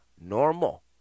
normal